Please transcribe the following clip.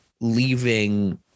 leaving